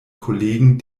kollegen